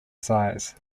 size